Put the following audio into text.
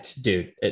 Dude